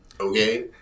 Okay